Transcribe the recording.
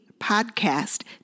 Podcast